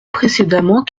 précédemment